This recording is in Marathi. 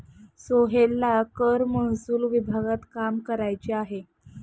सोहेलला कर महसूल विभागात काम करायचे आहे